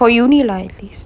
for uni life at least